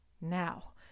Now